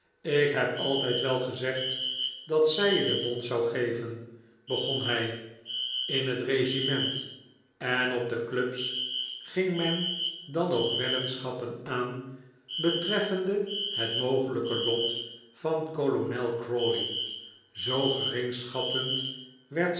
ik heb altijd wel gezegd dat zij je de bons zou geven begon hij in het regiment en op de clubs ging men dan ook weddenschappen aan betreffende het mogelijke lot van kolonel crawley zoo geringschattend werd